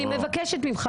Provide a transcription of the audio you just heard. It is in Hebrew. אני מבקשת ממך.